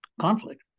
conflict